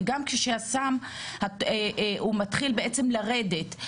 וגם כשהסם מתחיל לרדת,